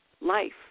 life